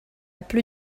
plus